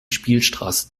spielstraße